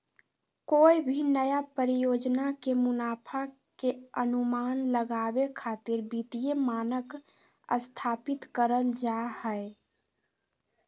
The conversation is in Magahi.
कोय भी नया परियोजना के मुनाफा के अनुमान लगावे खातिर वित्तीय मानक स्थापित करल जा हय